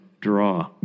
draw